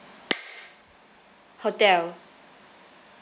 hotel